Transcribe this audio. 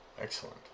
excellent